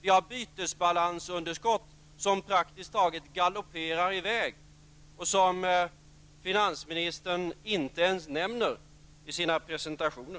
Vi har bytesbalansunderskott som praktiskt taget galopperar i väg och som finansministern inte ens nämner i sin presentation.